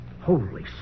Holy